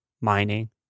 mining